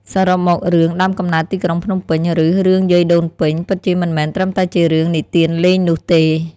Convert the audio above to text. សរុបមក រឿង "ដើមកំណើតទីក្រុងភ្នំពេញ" ឬ "រឿងយាយដូនពេញ" ពិតជាមិនមែនត្រឹមតែជារឿងនិទានលេងនោះទេ។